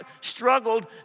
struggled